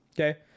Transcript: Okay